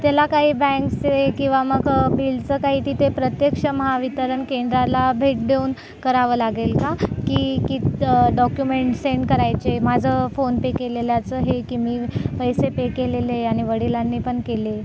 त्याला काही बँकचे किंवा मग बिलचं काही तिथे प्रत्यक्ष महावितरण केंद्राला भेट देऊन करावं लागेल का की की डॉक्युमेंट सेंड करायचे माझं फोन पे केलेल्याचं हे की मी पैसे पे केलेले आणि वडिलांनी पण केले